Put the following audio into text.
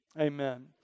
amen